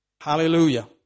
Hallelujah